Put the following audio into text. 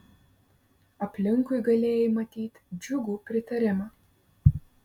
aplinkui galėjai matyt džiugų pritarimą